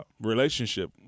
relationship